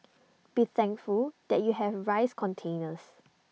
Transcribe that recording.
be thankful that you have rice containers